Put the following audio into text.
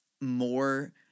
more